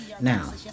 Now